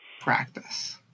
Practice